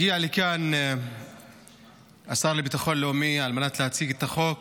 הגיע לכאן השר לביטחון לאומי על מנת להציג את החוק,